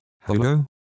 hello